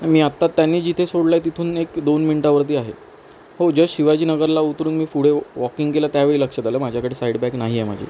मी आता त्यांनी जिथं सोडलं आहे तिथून एक दोन मिनटांवरती आहे हो जस्ट शिवाजी नगरला उतरून मी पुढे वॉकिंग केलं त्यावेळी लक्षात आलं माझ्याकडे साईड बॅग नाही आहे माझी